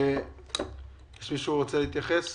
מישהו רוצה להתייחס?